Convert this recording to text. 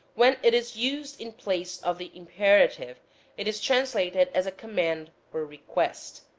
when it is used in place of the imperative it is translated as a command or request.